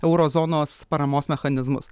euro zonos paramos mechanizmus